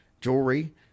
jewelry